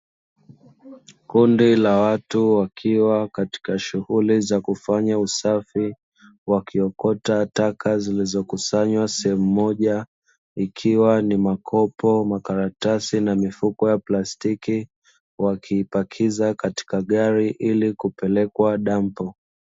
Kundi la watu wakiwa katika shughuli za kufanya usafi, wakiokota taka zilizokusanywa sehemu moja, ikiwa ni makopo makaratasi na mifuko ya plastiki, wakipakiza katika gari ili kupelekwa dampo.